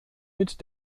mit